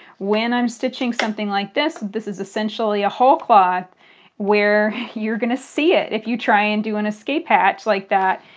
when i'm stitching something like this, this is essentially a whole cloth where you're going to see it if you try and do an escape hatch like that.